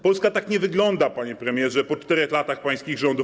Polska tak nie wygląda, panie premierze, po 4 latach pańskich rządów.